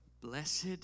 Blessed